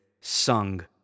sung